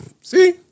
See